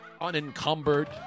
unencumbered